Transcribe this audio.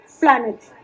planets